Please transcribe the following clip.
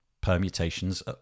permutations